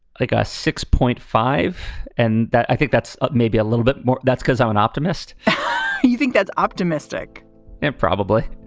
ah got six point five and i think that's up maybe a little bit more. that's cause i'm an optimist you think that's optimistic? and probably